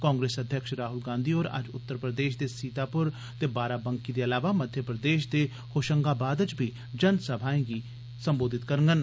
कांग्रेस अध्यक्ष राहुल गांधी होर अज्ज उत्तर प्रदेश दे सीतापुर ते बाराबंकी दे अलावा मध्य प्रदेश दे होशंगाबाद च बी जनसभाएं अग्गे भाषण देङन